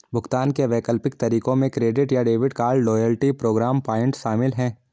भुगतान के वैकल्पिक तरीकों में क्रेडिट या debit card, loyalty programme point शामिल है